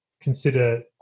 consider